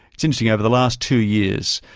it's interesting, over the last two years,